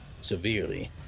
severely